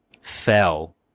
fell